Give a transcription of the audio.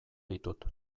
ditut